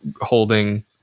holding